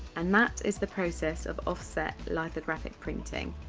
and that is the process of offset lithographic printing.